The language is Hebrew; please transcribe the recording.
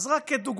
אז רק כדוגמה,